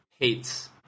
hates